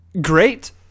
great